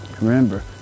Remember